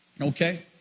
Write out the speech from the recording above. Okay